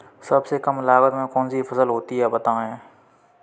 सबसे कम लागत में कौन सी फसल होती है बताएँ?